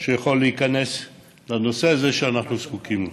שיכול להיכנס לנושא הזה, שאנחנו זקוקים לו.